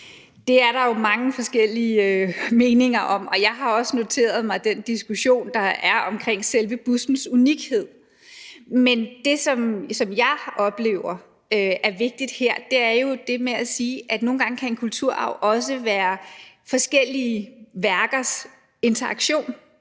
Det er der jo mange forskellige meninger om, og jeg har også noteret mig den diskussion, der er om selve bustens unikhed. Men det, som jeg oplever er vigtigt her, er det med at sige, at kulturarv nogle gange også kan være forskellige værkers interaktion.